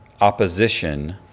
opposition